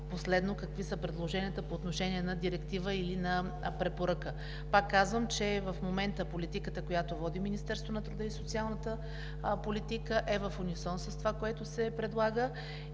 последните предложения по отношение на това директива или препоръка. Пак казвам, че в момента политиката, която води Министерството на труда и социалната политика, е в унисон с това, което се предлага,